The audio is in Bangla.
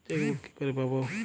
চেকবুক কি করে পাবো?